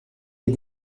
est